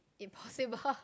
impossible